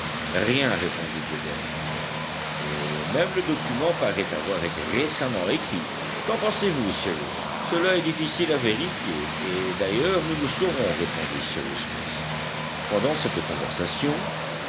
rien répondit gédéon spilett et même le document paraît avoir été récemment écrit qu'en pensez-vous cyrus cela est difficile à vérifier et d'ailleurs nous le saurons répondit cyrus smith pendant cette conversation